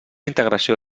integració